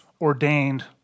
ordained